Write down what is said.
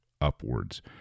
upwards